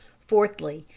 fourthly,